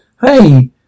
Hey